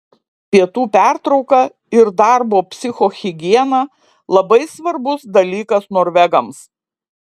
pietų pertrauka ir darbo psichohigiena labai svarbus dalykas norvegams